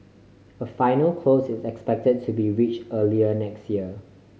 a final close is expected to be reach early next year